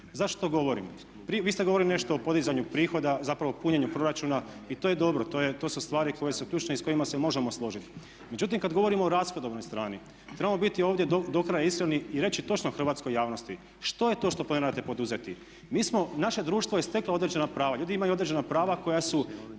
Zašto to govorim? Vi ste govorili nešto o podizanju prihoda, zapravo punjenju proračuna i to je dobro, to su stvari koje su ključne i s kojima se možemo složiti. Međutim, kad govorimo o rashodovnoj strani trebamo biti ovdje do kraja iskreni i reći točno hrvatskoj javnosti što je to što planirate poduzeti. Mi smo, naše društvo je steklo određena prava, ljudi imaju određena prava koja su